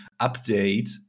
update